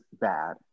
bad